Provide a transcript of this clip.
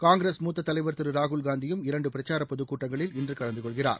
காங்கிரஸ் மூத்த தலைவர் திரு ராகுல்காந்தியும் இரண்டு பிரச்சார பொதுக் கூட்டங்களில் இன்று கலந்துகொள்கிறார்